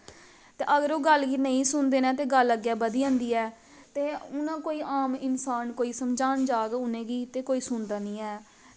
अगर ओह् गल्ल गी नेईं सुनदे न ते गल्ल अग्गैं बधी जंदी ऐ ते हून कोई आम इंसान कोई समझान जाह्ग उ'नें गी ते कोई सुनदा निं ऐ